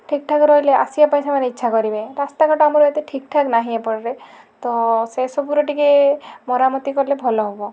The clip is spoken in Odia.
ଠିକ୍ ଠାକ୍ ରହିଲେ ଆସିବା ପାଇଁ ସେମାନେ ଇଚ୍ଛା କରିବେ ରାସ୍ତା ଘାଟ ଆମର ଏତେ ଠିକ୍ ଠାକ୍ ନାହିଁ ଏପଟରେ ତ ସେସବୁର ଟିକେ ମରାମତି କଲେ ଭଲ ହବ